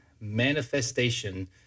manifestation